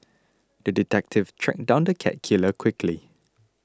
the detective tracked down the cat killer quickly